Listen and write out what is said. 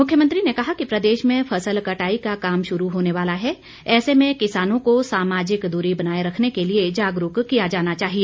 मुख्यमंत्री ने कहा कि प्रदेश में फसल कटाई का काम शुरू होने वाला है ऐसे में किसानों को सामाजिक दूरी बनाए रखने के लिए जागरूक किया जाना चाहिए